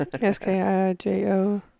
S-K-I-J-O